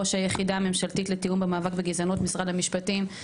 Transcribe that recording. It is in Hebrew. ראש היחידה הממשלתית לתיאום המאבק בגזענות במשרד המשפטים.